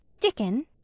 Dickon